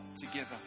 together